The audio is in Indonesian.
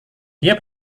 dia